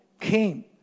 came